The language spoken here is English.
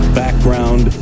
background